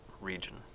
region